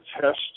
test